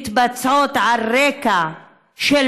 והן מתבצעות על רקע של